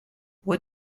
what